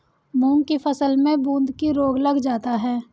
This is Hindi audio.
मूंग की फसल में बूंदकी रोग लग जाता है